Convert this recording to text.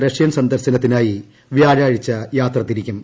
Russian സന്ദർശനത്തിനായി വ്യാഴാഴ്ച യാത്ര തിരിക്കും